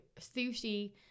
sushi